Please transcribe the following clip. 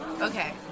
Okay